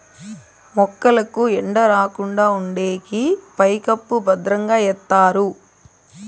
మొక్కలకు ఎండ రాకుండా ఉండేకి పైకప్పు భద్రంగా ఎత్తారు